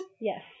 Yes